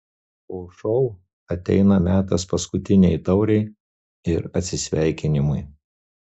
po šou ateina metas paskutinei taurei ir atsisveikinimui